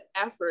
effort